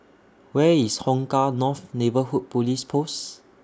Where IS Hong Kah North Neighbourhood Police Post